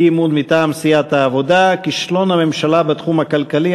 אי-אמון מטעם סיעת העבודה: כישלון הממשלה בתחום הכלכלי,